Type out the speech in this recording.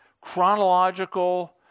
chronological